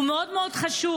הוא מאוד מאוד חשוב,